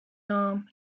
arm